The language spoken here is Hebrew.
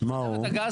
--- מה הוא?